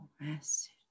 message